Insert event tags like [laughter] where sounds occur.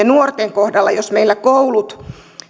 [unintelligible] nuorten kohdalla jos meillä koulut